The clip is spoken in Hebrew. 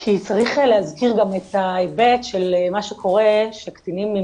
כי צריך להזכיר גם את ההיבט של מה שקורה שקטינים עם